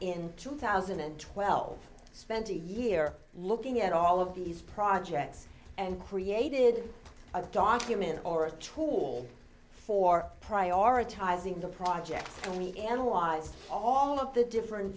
in two thousand and twelve spent a year looking at all of these projects and created a document or a true for prioritizing the project and we analyzed all of the different